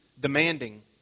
demanding